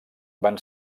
van